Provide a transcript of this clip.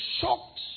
shocked